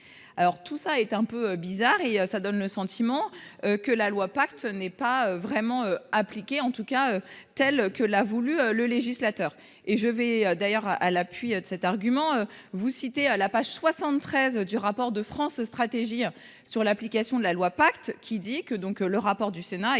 Alors tout ça est un peu bizarre et ça donne le sentiment. Que la loi pacte n'est pas vraiment appliquée, en tout cas telle que l'a voulu le législateur et je vais d'ailleurs à l'appui de cet argument, vous citez à la page 73 du rapport de France Stratégie hein sur l'application de la loi pacte qui dit que donc le rapport du Sénat.